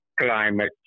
climate